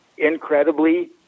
incredibly